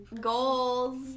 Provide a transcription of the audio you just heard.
Goals